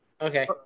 Okay